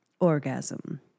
orgasm